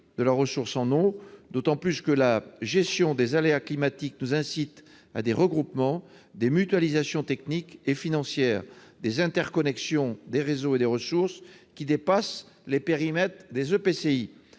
de la ressource en eau, d'autant plus que la gestion des aléas climatiques nous incite à des regroupements, des mutualisations techniques et financières, des interconnexions des réseaux et des ressources qui dépassent les périmètres des EPCI.